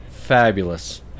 fabulous